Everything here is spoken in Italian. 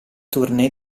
tournée